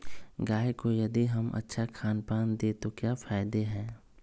गाय को यदि हम अच्छा खानपान दें तो क्या फायदे हैं?